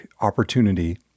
opportunity